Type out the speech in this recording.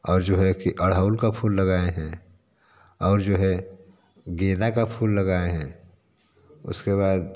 और जो है कि गुड़हल का फूल लगाए हैं और जो है गेंदा का फूल लगाए हैं उसके बाद